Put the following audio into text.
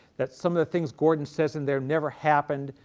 that some of the things gordon says in there never happened,